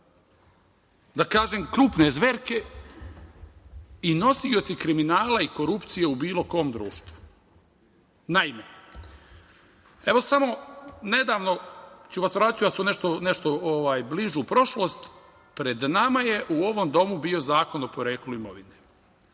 da kažem, krupne zverke i nosioci kriminala i korupcije u bilo kom društvu. Naime, evo samo nedavno, vratiću vas u nešto bližu prošlost, pred nama je u ovom domu bio Zakon o poreklu imovine.